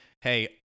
Hey